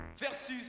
versus